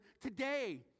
today